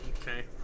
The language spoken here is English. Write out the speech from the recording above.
Okay